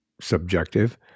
subjective